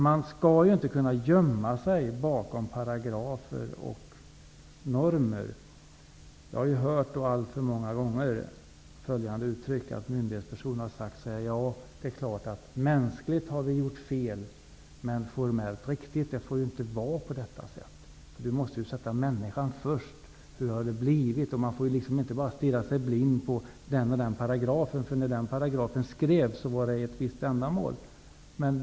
Man skall inte kunna gömma sig bakom paragrafer och principer. Jag har alltför många gånger hört myndighetspersoner säga att man visserligen mänskligt har gjort fel, men formellt har man handlat riktigt. Det får inte vara på det sättet. Vi måste sätta människan först, och vi får inte stirra oss blinda på någon paragraf som en gång skrivits för ett visst ändamål.